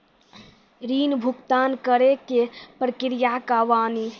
ऋण भुगतान करे के प्रक्रिया का बानी?